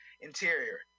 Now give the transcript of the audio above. Interior